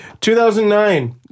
2009